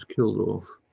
killed off.